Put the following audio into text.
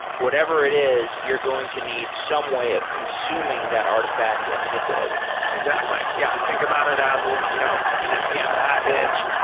whatever it is, you're going to need some way of consuming that artifact and manipulating it exactly. yeah. think about it as you know an npm package,